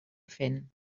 fent